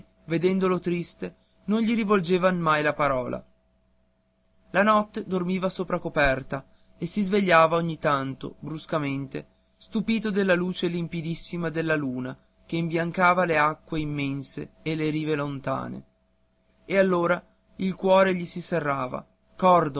vedendolo triste non gli rivolgevan mai la parola la notte dormiva sopra coperta e si svegliava ogni tanto bruscamente stupito della luce limpidissima della luna che imbiancava le acque immense e le rive lontane e allora il cuore gli si serrava